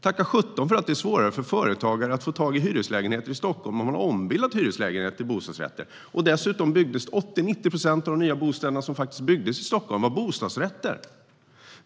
Tacka sjutton för att det är svårare för företagare att få tag i hyreslägenheter i Stockholm om man har ombildat hyreslägenheter till bostadsrätter! Dessutom var 80-90 procent av de nya bostäderna som faktiskt byggdes i Stockholm bostadsrätter.